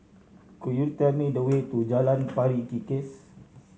could you tell me the way to Jalan Pari Kikis